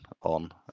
on